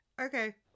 Okay